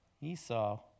Esau